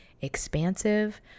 expansive